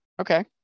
Okay